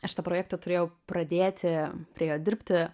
aš tą projektą turėjau pradėti prie jo dirbti